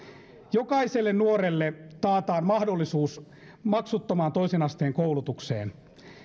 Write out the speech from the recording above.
jokaiselle nuorelle taataan mahdollisuus maksuttomaan toisen asteen koulutukseen